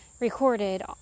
recorded